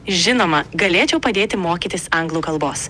žinoma galėčiau padėti mokytis anglų kalbos